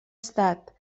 estat